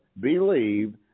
believe